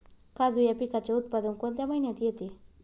काजू या पिकाचे उत्पादन कोणत्या महिन्यात येते?